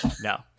No